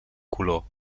color